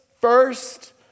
first